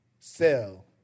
sell